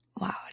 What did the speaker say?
Wow